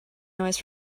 noise